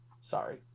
Sorry